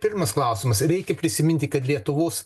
pirmas klausimas reikia prisiminti kad lietuvos